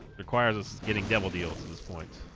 requires us getting devil deals at this point